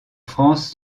france